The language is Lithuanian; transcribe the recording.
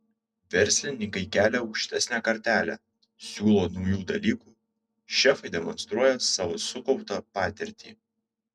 verslininkai kelia aukštesnę kartelę siūlo naujų dalykų šefai demonstruoja savo sukauptą patirtį